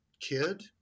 kid